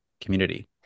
community